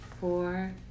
four